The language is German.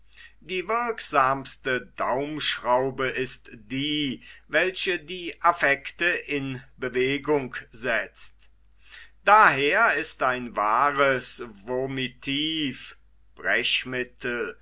die wirksamste daumschraube ist die welche die affekten in bewegung setzt daher ist ein wahres vomitiv